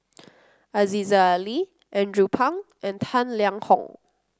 Aziza Ali Andrew Phang and Tang Liang Hong